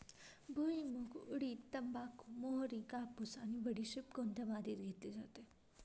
भुईमूग, उडीद, तंबाखू, मोहरी, कापूस आणि बडीशेप कोणत्या मातीत घेतली जाते?